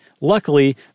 luckily